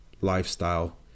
lifestyle